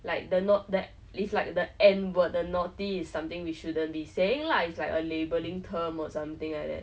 like the note that it's like the end were the naughty is something we shouldn't be saying lah it's like a labeling term or something like that